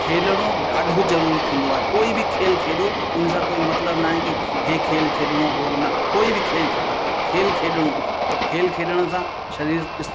खेॾिणो ॾाढो ज़रूरी थींदो आहे कोई बि खेल खेॾो उन सां कोई मतिलबु न आहे की इहे खेल खेॾिणो आहे उहो न कोई बि खेल खेॾो खेल खेॾिणो आहे खेल खेॾण सां शरीरु